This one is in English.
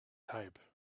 type